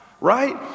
Right